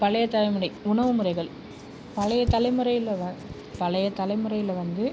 பழைய தலைமுறை உணவு முறைகள் பழைய தலைமுறையில் வந்து பழைய தலைமுறையில் வந்து